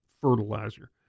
fertilizer